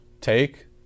take